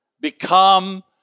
become